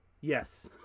yes